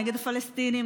נגד הפלסטינים,